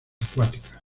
acuáticas